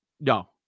No